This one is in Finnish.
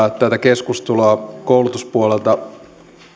tätä keskustelua koulutuspuolelta